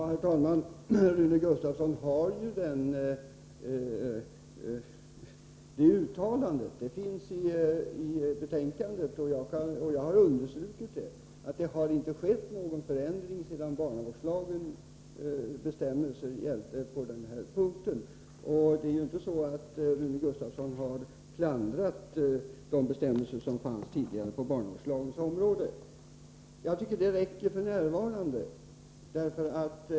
Herr talman! Det uttalande som Rune Gustavsson efterlyser finns ju i betänkandet. Jag har också understrukit att det inte har skett någon förändring sedan barnavårdslagens bestämmelser gällde på den här punkten, och Rune Gustavsson har inte klandrat de bestämmelser som gällde tidigare. Jag tycker att det nu räcker med det uttalande som gjorts.